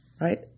right